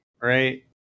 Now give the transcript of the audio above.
right